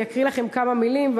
אני אקריא לכם כמה מילים,